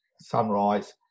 sunrise